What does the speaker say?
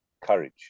courage